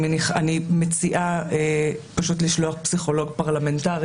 אני מציעה פשוט לשלוח פסיכולוג פרלמנטרי